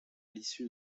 l’issue